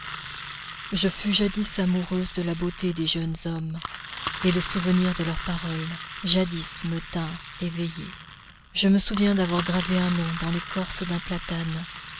je fus jadis amoureuse de la beauté des jeunes hommes et le souvenir de leurs paroles jadis me tint éveillée je me souviens d'avoir gravé un nom dans l'écorce d'un platane